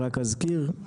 אזכיר.